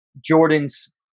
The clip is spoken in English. Jordan's